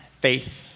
faith